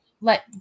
let